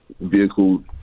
vehicle